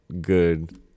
good